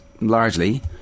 largely